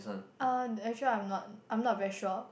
uh actually I'm not I'm not very sure